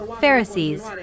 Pharisees